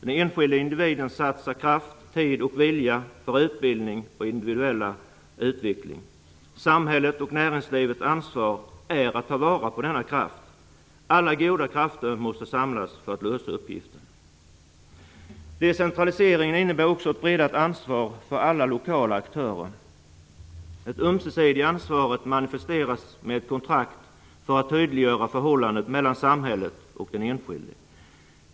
Den enskilde individen satsar kraft, tid och vilja för utbildning och individuell utveckling. Samhällets och näringslivets ansvar är att ta till vara denna kraft. Alla goda krafter måste samlas för att lösa uppgiften. Decentraliseringen innebär också ett breddat ansvar för alla lokala aktörer. Detta ömsesidiga ansvar manifesteras med ett kontrakt för att tydliggöra förhållandet mellan samhället och den enskilde.